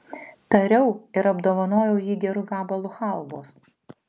tariau ir apdovanojau jį geru gabalu chalvos